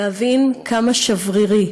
להבין כמה שברירית